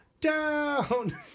down